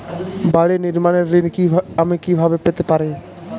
বাড়ি নির্মাণের ঋণ আমি কিভাবে পেতে পারি?